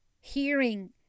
hearing